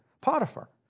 Potiphar